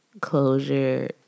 closure